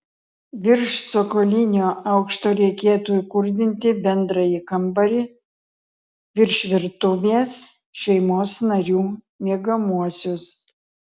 virš cokolinio aukšto reikėtų įkurdinti bendrąjį kambarį virš virtuvės šeimos narių miegamuosius